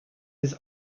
his